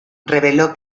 reveló